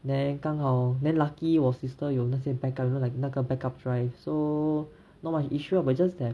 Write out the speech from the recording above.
then 刚好 then lucky 我 sister 有那些 backup you know like 那个 backup drives so not much issue ah but it's just that